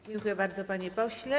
Dziękuję bardzo, panie pośle.